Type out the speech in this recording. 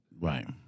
Right